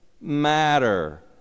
matter